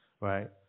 right